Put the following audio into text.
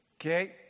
Okay